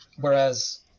Whereas